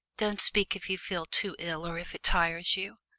don't speak if you feel too ill or if it tires you.